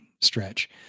stretch